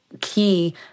key